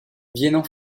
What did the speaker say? viennent